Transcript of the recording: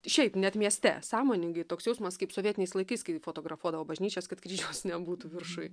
šiaip net mieste sąmoningai toks jausmas kaip sovietiniais laikais kai fotografuodavo bažnyčias kad kryžiaus nebūtų viršuj